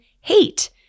hate